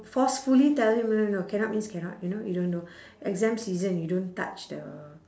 forcefully tell him no no no cannot means cannot you know you don't do exam season you don't touch the